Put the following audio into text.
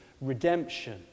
redemption